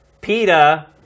PETA